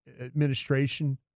administration